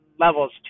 levels